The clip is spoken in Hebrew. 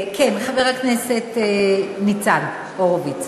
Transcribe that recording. כן, חבר הכנסת ניצן הורוביץ,